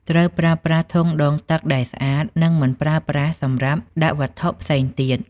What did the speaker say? ត្រូវប្រើប្រាស់ធុងដងទឹកដែលស្អាត និងមិនប្រើប្រាស់សម្រាប់ដាក់វត្ថុផ្សេងទៀត។